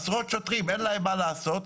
עשרות שוטרים, אין להם מה לעשות,